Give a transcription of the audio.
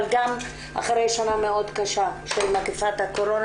אבל גם אחרי שנה מאוד קשה של מגפת הקורונה